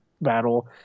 battle